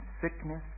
sickness